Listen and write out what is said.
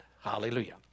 Hallelujah